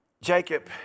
Jacob